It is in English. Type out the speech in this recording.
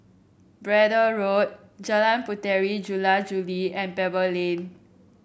Braddell Road Jalan Puteri Jula Juli and Pebble Lane